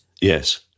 Yes